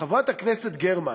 חברת הכנסת גרמן,